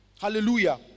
Hallelujah